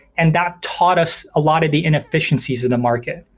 and that taught us a lot of the inefficiencies in the market,